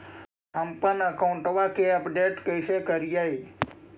हमपन अकाउंट वा के अपडेट कैसै करिअई?